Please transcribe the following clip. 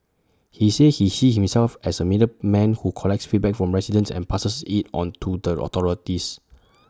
he said he sees himself as A middleman who collects feedback from residents and passes IT on to the authorities